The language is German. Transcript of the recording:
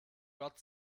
gott